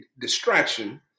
distraction